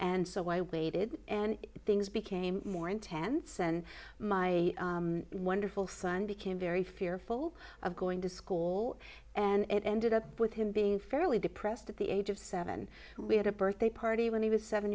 and so i waited and things became more intense and my wonderful son became very fearful of going to school and it ended up with him being fairly depressed at the age of seven we had a birthday party when he was seven